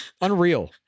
unreal